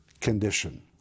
condition